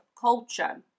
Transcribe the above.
culture